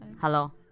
hello